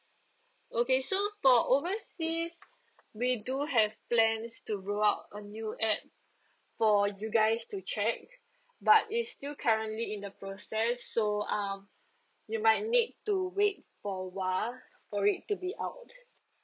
okay so for overseas we do have plans to roll out a new app for you guys to check but is still currently in the process so um you might need to wait for a while for it to be out